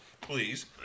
Please